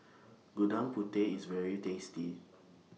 Gudeg Putih IS very tasty